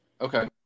Okay